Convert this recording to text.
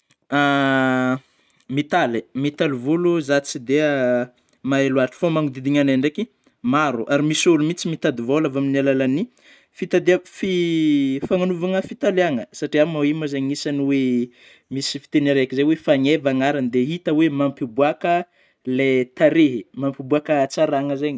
Mitaly, mitaly volo zaho tsy de mahay lôatra, fa ny magnodidigny anay ndraiky maro misy ôlô mitsy mitady vôla amin'ny alalan'ny raha io, fagnanovana fitaliagna satria io moa zany agnisany oe misy fiteny araiky zay oe: faneva agnarany, dia hita miboaka le tarehy mibôaka hatsarana zeigny.